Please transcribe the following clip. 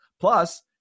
Plus